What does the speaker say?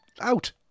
out